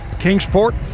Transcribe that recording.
Kingsport